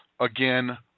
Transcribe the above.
again